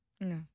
No